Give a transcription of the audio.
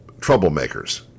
troublemakers